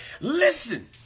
Listen